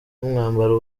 n’umwambaro